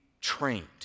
trained